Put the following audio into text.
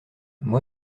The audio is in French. moi